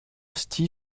steve